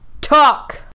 Talk